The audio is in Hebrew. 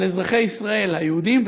על אזרחי ישראל היהודים,